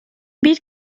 bir